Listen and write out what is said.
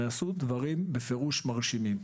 נעשו בפירוש דברים מרשימים.